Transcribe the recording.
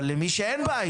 אבל למי שאין בית.